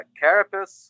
carapace